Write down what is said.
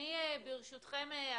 הוא לא.